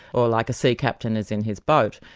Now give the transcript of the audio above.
or like a sea captain is in his boat.